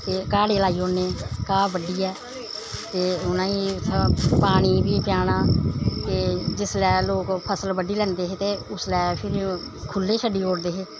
ते काड़ी लाई ओड़नी घाह् बड्डियै ते उ'नेंगी उत्थै पानी बी पलैना ते जिसलै लोग फसल बड्डी लैंदे हे ते उसलै फिर खु'ल्ले छड्डी ओड़दे हे